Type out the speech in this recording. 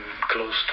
close